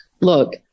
look